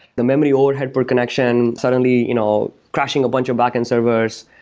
the memory all had poor connection. suddenly you know crashing a bunch of backend servers.